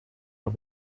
are